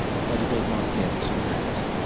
but it does not get to that